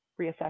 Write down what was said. reassess